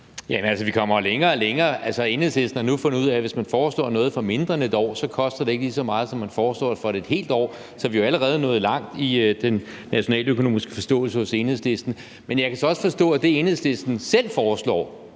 vi kommer jo længere og længere. Enhedslisten har nu fundet ud af, at hvis man foreslår noget for mindre end et år, koster det ikke lige så meget, som når man foreslår det for et helt år. Så vi er jo allerede nået langt i den nationaløkonomiske forståelse hos Enhedslisten. Men jeg kan så også forstå, at det, Enhedslisten selv foreslår,